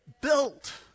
Built